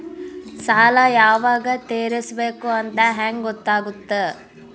ಸಾಲ ಯಾವಾಗ ತೇರಿಸಬೇಕು ಅಂತ ಹೆಂಗ್ ಗೊತ್ತಾಗುತ್ತಾ?